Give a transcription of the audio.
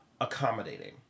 accommodating